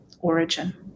origin